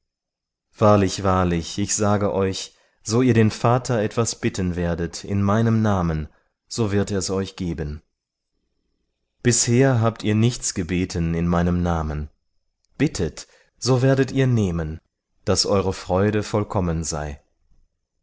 wahrlich wahrlich ich sage euch so ihr den vater etwas bitten werdet in meinem namen so wird er's euch geben bisher habt ihr nichts gebeten in meinem namen bittet so werdet ihr nehmen daß eure freude vollkommen sei